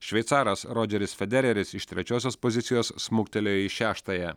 šveicaras rodžeris federeris iš trečiosios pozicijos smuktelėjo į šeštąją